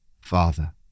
Father